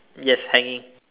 yes hanging